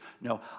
No